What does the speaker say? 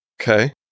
Okay